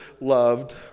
loved